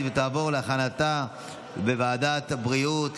ותעבור להכנתה לקריאה ראשונה בוועדת הבריאות,